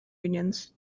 unions